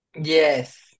Yes